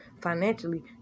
financially